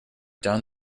down